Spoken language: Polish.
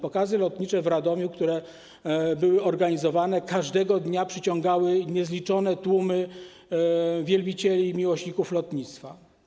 Pokazy lotnicze w Radomiu, które były organizowane, każdego dnia przyciągały niezliczone tłumy wielbicieli i miłośników lotnictwa.